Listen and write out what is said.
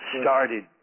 started